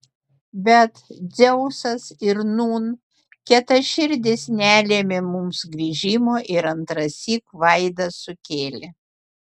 bet dzeusas ir nūn kietaširdis nelėmė mums grįžimo ir antrąsyk vaidą sukėlė